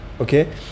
Okay